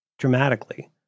dramatically